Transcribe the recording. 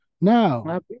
Now